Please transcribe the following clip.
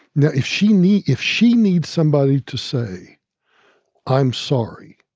yeah if she ne if she needs somebody to say i'm sorry,